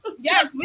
Yes